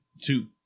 two